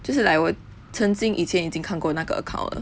就是 like 我曾经以前已经看过那个 account 了